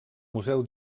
museu